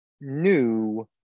new